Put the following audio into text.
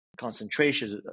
Concentrations